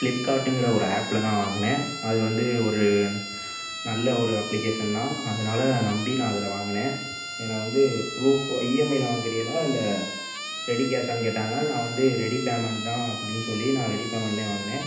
ஃப்ளிப்கார்ட்ங்கிற ஒரு ஆப்பில் தான் வாங்கினேன் அது வந்து ஒரு நல்ல ஒரு அப்ளிகேஷன் தான் அதனால் நம்பி நான் அதில் வாங்கினேன் என்னை வந்து ப்ரூஃப் இஎம்ஐயில் வாங்கிறீங்களா இல்லை ரெடி கேஷான்னு கேட்டாங்க நான் வந்து ரெடி பேமண்ட் தான் அப்படின்னு சொல்லி நான் ரெடி பேமண்ட்லியே வாங்கினேன்